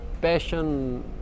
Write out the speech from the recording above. passion